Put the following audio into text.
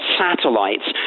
satellites